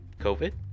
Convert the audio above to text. covid